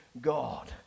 God